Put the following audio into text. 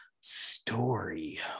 story